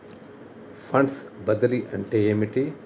Funds బదిలీ అంటే ఏమిటి?